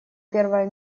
первое